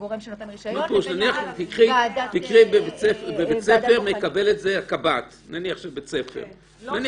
שנותן רישיון -- בבית ספר מקבל את זה הקב"ט של בית ספר -- לא,